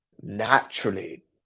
naturally